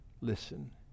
listen